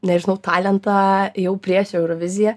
nežinau talentą jau prieš euroviziją